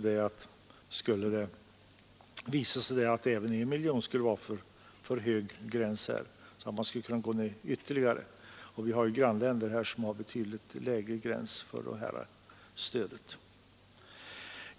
detta. Skulle det visa sig att 1 miljon vore för hög gräns, hoppas vi att man går ned ytterligare. Vi har grannländer med betydligt lägre gräns för detta stöd.